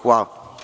Hvala.